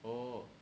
orh